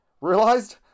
realized